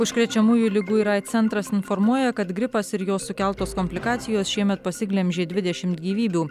užkrečiamųjų ligų ir aids centras informuoja kad gripas ir jo sukeltos komplikacijos šiemet pasiglemžė dvidešimt gyvybių